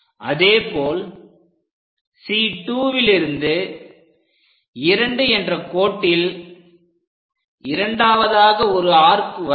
அதேபோல் C2லிருந்து 2 என்ற கோட்டில் இரண்டாவதாக ஒரு ஆர்க் வரைக